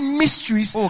mysteries